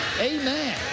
Amen